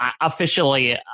Officially